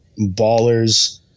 ballers